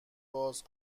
باز